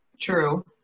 True